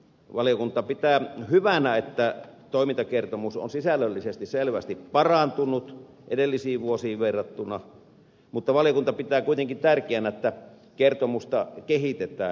valiokunta pitää hyvänä että toimintakertomus on sisällöllisesti selvästi parantunut edellisiin vuosiin verrattuna mutta valiokunta pitää kuitenkin tärkeänä että kertomusta kehitetään edelleen